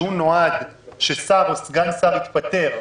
שהוא נועד כששר או סגן שר התפטרו,